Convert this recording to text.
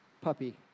Puppy